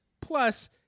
plus